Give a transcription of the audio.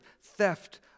theft